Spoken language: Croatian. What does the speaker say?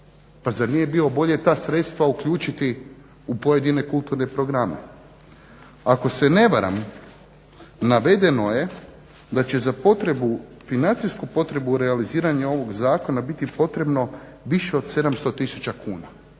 Pa zar nije bilo bolje ta sredstva uključiti u pojedine kulturne programe. Ako se ne varam, navedeno je da će za potrebu financijsku potrebu realiziranja ovog zakona biti potrebno više od 700 tisuća kuna.